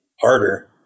harder